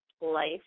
life